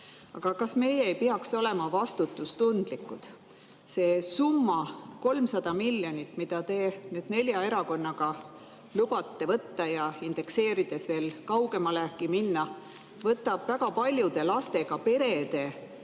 Aga kas me ei peaks olema vastutustundlikud. See summa, 300 miljonit, mida te nüüd nelja erakonnaga lubate võtta ja indekseerides veel kaugemalegi minna, võtab väga paljudel lastega peredel